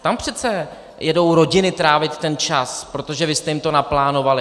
Tam přece jedou rodiny trávit ten čas, protože vy jste jim to naplánovali.